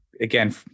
Again